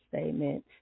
statement